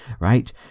right